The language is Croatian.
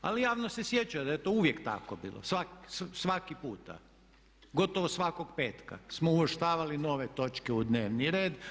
Ali javnost se sjeća da je to uvijek tako bilo, svaki puta, gotovo svakog petka smo uvrštavali nove točke u dnevni red.